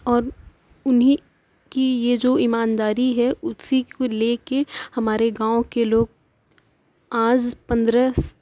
اور انہیں کی یہ جو ایمانداری ہے اسی کو لے کے ہمارے گاؤں کے لوگ آج پندرہ